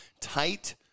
tight